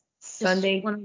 sunday